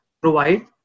provide